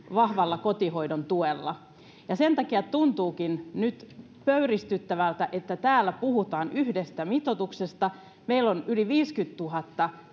vahvalla kotihoidon tuella ja sen takia tuntuukin nyt pöyristyttävältä että täällä puhutaan yhdestä mitoituksesta meillä on yli viisikymmentätuhatta